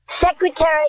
Secretary